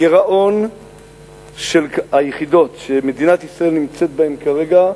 הגירעון של היחידות שמדינת ישראל נמצאת בו כרגע,